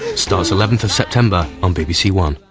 starts eleventh of september on bbc one.